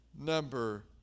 number